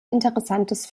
interessantes